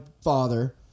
father